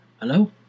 Hello